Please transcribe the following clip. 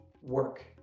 work